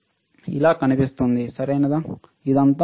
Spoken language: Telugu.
ఇదంతా అక్కడ నల్లనిది హీట్ సింక్ సరియైనదా